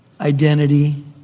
Identity